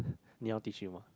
你要 teach him ah